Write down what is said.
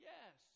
Yes